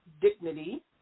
dignity